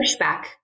pushback